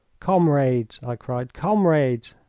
comrades, i cried, comrades!